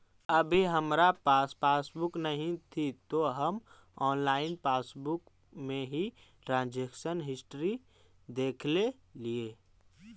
अभी हमारा पास पासबुक नहीं थी तो हम ऑनलाइन पासबुक में ही ट्रांजेक्शन हिस्ट्री देखलेलिये